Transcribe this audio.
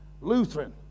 Lutheran